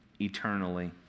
eternally